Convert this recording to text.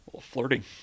flirting